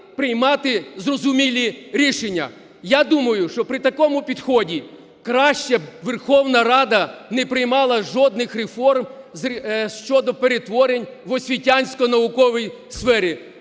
приймати зрозумілі рішення. Я думаю, що при такому підході краще б Верховна Рада не приймала жодних реформ щодо перетворень в освітянсько-науковій сфері,